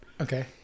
Okay